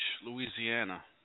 louisiana